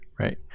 Right